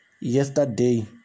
yesterday